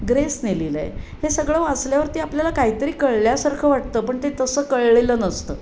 ग्रेसने लिहिलं आहे हे सगळं वाचल्यावरती आपल्याला काही तरी कळल्यासारखं वाटतं पण ते तसं कळलेलं नसतं